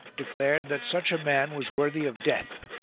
declared that such a man was worthy of death.